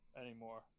anymore